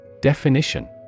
Definition